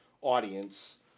audience